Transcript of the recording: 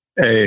Hey